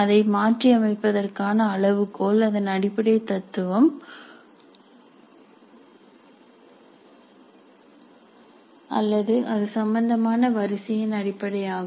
அதை மாற்றியமைப்பதற்கான அளவுகோல் அதன் அடிப்படை தத்துவம் அல்லது அது சம்பந்தமான வரிசையின் அடிப்படையாகும்